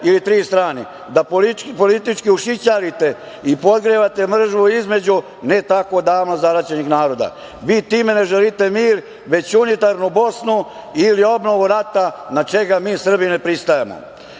ili tri strane, da politički ušićarite i podgrevate mržnju između ne tako davno zaraćenih naroda. Vi time ne želite mir, već unitarnu Bosnu ili obnovu rata, na čega mi Srbi ne pristajemo. Poruka